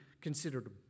considered